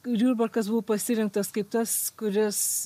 ir jurbarkas buvo pasirinktas kaip tas kuris